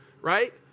right